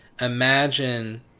imagine